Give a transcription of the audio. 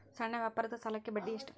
ಸಣ್ಣ ವ್ಯಾಪಾರದ ಸಾಲಕ್ಕೆ ಬಡ್ಡಿ ಎಷ್ಟು?